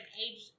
age